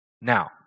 Now